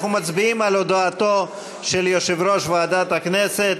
אנחנו מצביעים על הודעתו של יושב-ראש ועדת הכנסת.